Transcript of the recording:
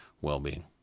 well-being